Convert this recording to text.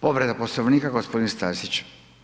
Povreda Poslovnika, gospodin Stazić.